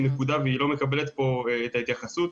נקודה והיא לא מקבלת פה את ההתייחסות.